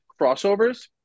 crossovers